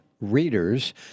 readers